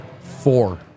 Four